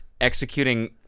executing